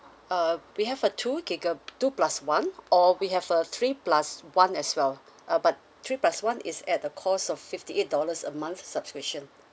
uh we have a two giga~ two plus one or we have a three plus one as well uh but three plus one is at the cost of fifty eight dollars a month subscription